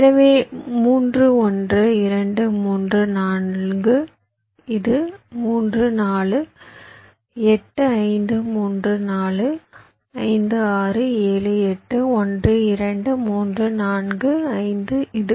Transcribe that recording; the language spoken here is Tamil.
எனவே 3 1 2 3 4 இது 3 4 8 5 3 4 5 6 7 8 1 2 3 4 5 இது